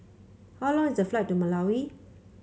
how long is the flight to Malawi